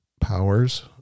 powers